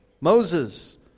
Moses